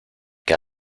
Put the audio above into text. que